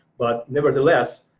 but nevertheless,